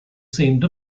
seemed